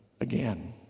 again